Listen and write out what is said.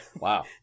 Wow